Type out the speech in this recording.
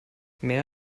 mehr